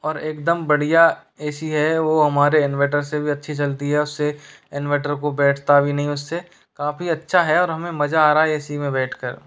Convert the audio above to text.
और एकदम बढ़िया ऐ सी है वो हमारे इनवेर्टर से भी अच्छी चलती है उससे इनवर्टर को बैठता भी नहीं उससे काफ़ी अच्छा है और हमें मज़ा आ रहा है ऐ सी में बैठकर